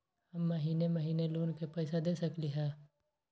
हम महिने महिने लोन के पैसा दे सकली ह?